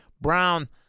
Brown